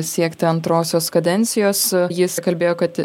siekti antrosios kadencijos jis kalbėjo kad